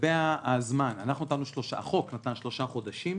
לגבי הזמן החוק נתן שלושה חודשים,